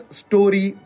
story